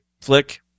flick